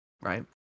Right